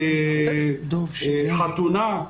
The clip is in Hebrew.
חתונה.